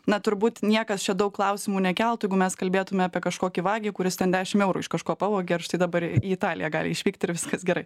na turbūt niekas čia daug klausimų nekeltų jeigu mes kalbėtume apie kažkokį vagį kuris ten dešimt eurų iš kažko pavogė ar štai dabar į italija gali išvykti ir viskas gerai